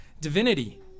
divinity